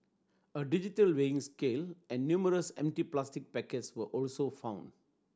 a digital weighing scale and numerous empty plastic packets were also found